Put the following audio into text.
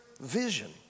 vision